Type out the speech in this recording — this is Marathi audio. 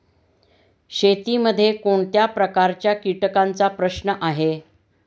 शेतीमध्ये कोणत्या प्रकारच्या कीटकांचा प्रश्न आहे?